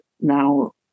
now